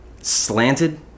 slanted